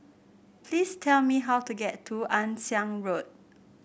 please tell me how to get to Ann Siang Road